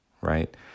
right